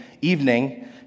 evening